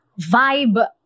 vibe